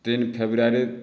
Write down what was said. ତିନି ଫ୍ରେବ୍ରୁଆରୀ